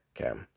Okay